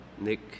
Nick